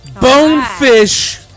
Bonefish